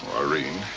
irene.